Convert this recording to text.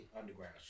underground